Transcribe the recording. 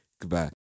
Goodbye